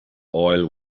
oil